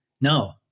no